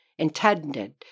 intended